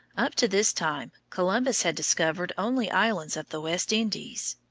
up to this time, columbus had discovered only islands of the west indies.